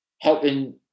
helping